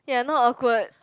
ya not awkward